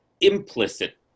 implicit